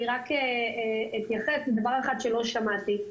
אני רק אתייחס לדבר אחד שלא שמעתי,